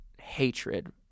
hatred